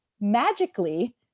magically